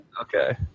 okay